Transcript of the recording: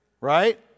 right